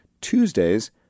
Tuesdays